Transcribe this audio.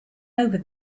over